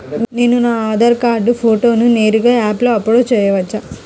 నేను నా ఆధార్ కార్డ్ ఫోటోను నేరుగా యాప్లో అప్లోడ్ చేయవచ్చా?